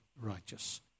righteous